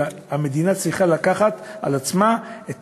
אלא המדינה צריכה לקחת על עצמה את